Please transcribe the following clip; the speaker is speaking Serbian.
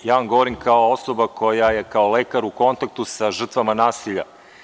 Ja vam govorim kao osoba koja je kao lekar u kontaktu sa žrtvama nasilja.